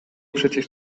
przecież